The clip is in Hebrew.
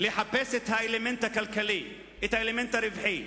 לחפש את האלמנט הכלכלי, את האלמנט הרווחי.